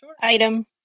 Item